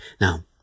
Now